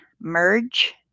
merge